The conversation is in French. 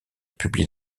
publié